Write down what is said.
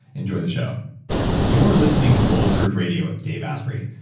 enjoy the show you are listening to bulletproof radio with dave asprey.